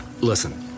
Listen